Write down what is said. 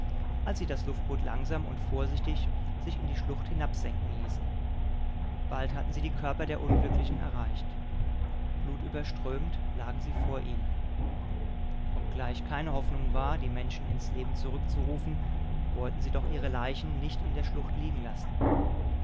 als sie das luftboot langsam und vorsichtig sich in die schlucht hinabsenken ließen bald hatten sie die körper der unglücklichen erreicht blutüberströmt lagen sie vor ihnen obgleich keine hoffnung war die menschen ins leben zurückzurufen wollten sie doch ihre leichen nicht in der schlucht liegen lassen